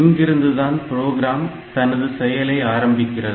இங்கிருந்துதான் program தனது செயலை ஆரம்பிக்கிறது